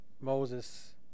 Moses